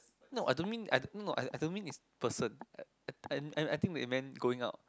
no I don't mean I don't no no I don't mean it's a person I I think we meant going out